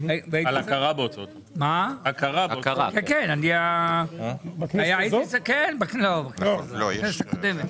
מה כן אני הייתי כן בכנסת הקודמת,